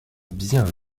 bien